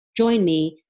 joinme